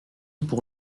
pour